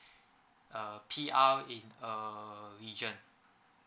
uh P_R in a region